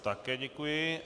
Také děkuji.